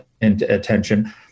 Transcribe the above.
attention